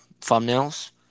thumbnails